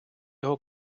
його